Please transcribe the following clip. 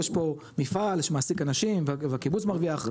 יש פה מפעל שמעסיק אנשים והקיבוץ מרוויח,